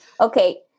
okay